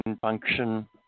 function